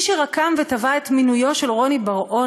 "מי שרקם ותבע את מינויו של רוני בר-און